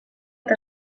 eta